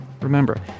Remember